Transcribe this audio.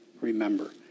remember